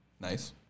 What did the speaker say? nice